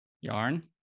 Yarn